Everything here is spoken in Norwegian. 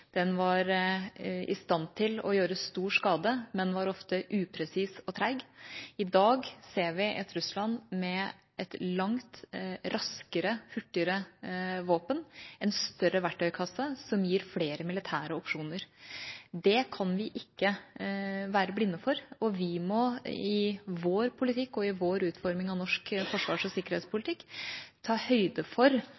den var i stand til å gjøre stor skade, men var ofte upresis og treg – til det vi ser i dag: et Russland med et langt raskere og hurtigere våpen og en større verktøykasse, som gir flere militære opsjoner. Det kan vi ikke være blinde for, og vi må i vår politikk og i vår utforming av norsk forsvars- og sikkerhetspolitikk ta høyde for